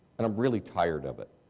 and i'm really tired of it.